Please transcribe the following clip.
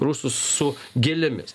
rusus su gėlėmis